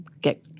get